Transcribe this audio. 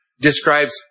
describes